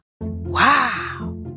Wow